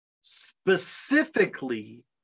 specifically